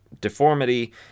deformity